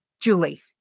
Julie